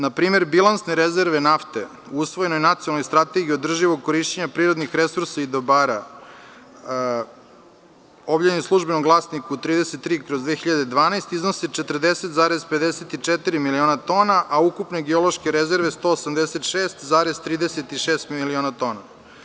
Na primer, bilansne rezerve nafte usvojene u Nacionalnoj strategiji održivog korišćenja prirodnih resursa i dobara, objavljene u „Službenom glasniku 33/2012“, iznose 40,54 miliona tona, a ukupne geološke rezerve 186,36 miliona tona.